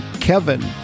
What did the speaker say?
Kevin